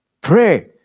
Pray